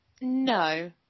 No